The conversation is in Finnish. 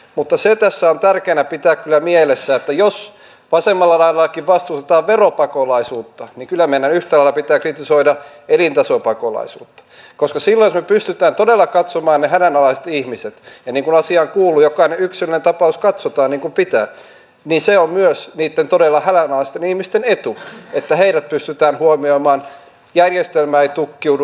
mutta se tässä on tärkeätä pitää kyllä mielessä että jos vasemmalla laidallakin vastustetaan veropakolaisuutta niin kyllä meidän yhtä lailla pitää kritisoida elintasopakolaisuutta koska silloin jos me pystymme todella katsomaan ne hädänalaiset ihmiset ja niin kuin asiaan kuuluu jokainen yksilöllinen tapaus katsotaan niin kuin pitää niin se on myös niitten todella hädänalaisten ihmisten etu että heidät pystytään huomioimaan ja järjestelmä ei tukkiudu